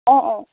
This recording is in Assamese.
অঁ অঁ